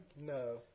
No